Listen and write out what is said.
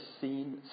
seen